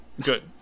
Good